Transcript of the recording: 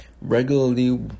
regularly